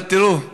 תראו,